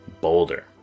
boulder